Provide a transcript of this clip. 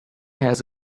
has